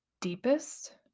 deepest